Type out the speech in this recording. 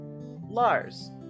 Lars